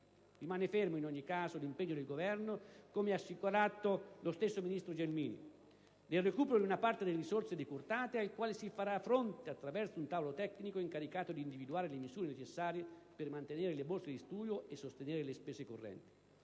Rimane fermo in ogni caso l'impegno del Governo, come ha assicurato la stessa ministro Gelmini, del recupero di una parte delle risorse decurtate, al quale si farà fronte attraverso un tavolo tecnico incaricato di individuare le misure necessarie per mantenere le borse di studio e sostenere le spese correnti.